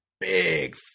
big